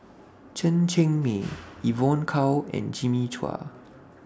Chen Cheng Mei Evon Kow and Jimmy Chua